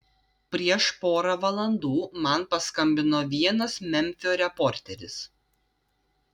prieš porą valandų man paskambino vienas memfio reporteris